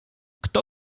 kto